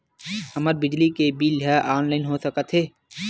हमर बिजली के बिल ह ऑनलाइन हो सकत हे?